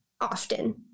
often